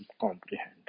comprehend